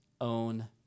own